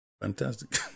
Fantastic